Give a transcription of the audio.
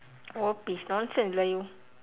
oh please nonsense lah you